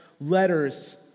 letters